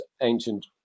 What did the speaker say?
ancient